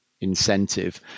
incentive